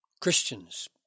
Christians